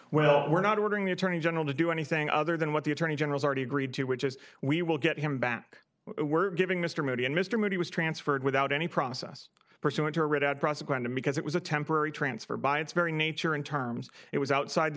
well we're not ordering the attorney general to do anything other than what the attorney general's already agreed to which is we will get him back we're giving mr moody and mr moody was transferred without any process pursuant to a writ out process going to because it was a temporary transfer by its very nature in terms it was outside the